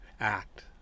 act